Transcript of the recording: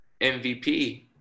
MVP